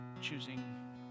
choosing